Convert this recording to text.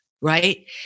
right